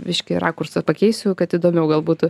biškį rakursą pakeisiu kad įdomiau gal būtų